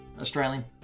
Australian